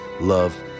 love